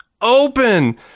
Open